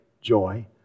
joy